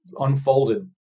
unfolded